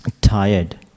tired